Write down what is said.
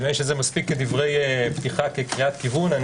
אלה דברי פתיחה, קריאת כיוון.